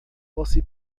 você